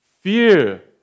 fear